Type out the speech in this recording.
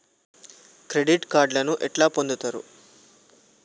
Credit కార్డులను ఎట్లా పొందుతరు?